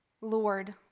Lord